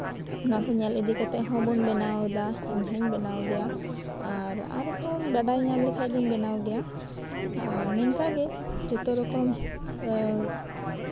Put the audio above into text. ᱚᱱᱟ ᱠᱚ ᱧᱮᱞ ᱤᱫᱤ ᱠᱟᱛᱮᱜ ᱵᱚᱱ ᱵᱮᱱᱟᱣᱫᱟ ᱤᱧ ᱦᱚᱧ ᱵᱮᱱᱟᱣ ᱜᱮᱭᱟ ᱟᱨ ᱟᱨᱦᱚᱧ ᱵᱟᱲᱟᱭ ᱧᱟᱢ ᱞᱮᱠᱷᱟᱡ ᱫᱚ ᱵᱮᱱᱟᱣ ᱜᱮᱭᱟ ᱱᱤᱝᱠᱟᱜᱮ ᱡᱚᱛᱚ ᱨᱚᱠᱚᱢ